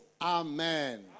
Amen